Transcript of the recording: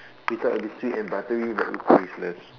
we thought it'll be sweet and buttery but it's tasteless